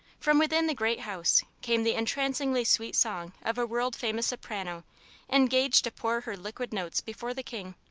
from within the great house came the entrancingly sweet song of a world-famous soprano engaged to pour her liquid notes before the king.